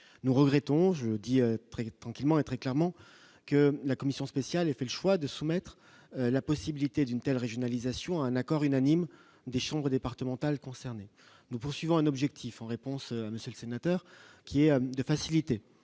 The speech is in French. nous regrettons je dis très tranquillement et très clairement que la commission spéciale et fait le choix de soumettre la possibilité d'une telle régionalisation un accord unanime des chambres départementales concernées, nous poursuivons un objectif en réponse à monsieur le sénateur, qui est de faciliter